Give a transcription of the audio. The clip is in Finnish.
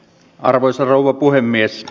arvoisa rouva puhemies